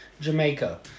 Jamaica